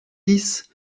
dix